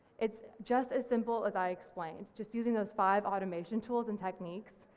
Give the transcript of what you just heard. it's just as simple as i explained, just using those five automation tools and techniques,